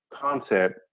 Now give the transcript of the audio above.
concept